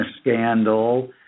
scandal